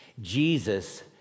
Jesus